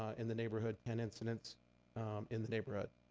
in the neighborhood, ten incidents in the neighborhood.